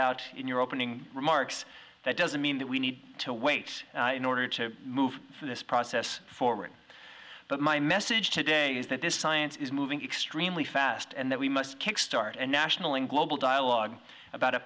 out in your opening remarks that doesn't mean that we need to wait in order to move this process forward but my message today is that this science is moving extremely fast and that we must kickstart a national and global dialogue about a